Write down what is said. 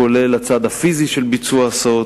כולל הצד הפיזי של ביצוע ההסעות,